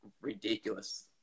ridiculous